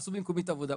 תעשו במקומי את העבודה.